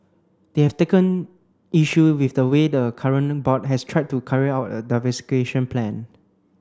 they have taken issue with the way the current board has tried to carry out a diversification plan